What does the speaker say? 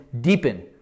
deepen